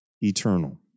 eternal